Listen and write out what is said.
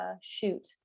shoot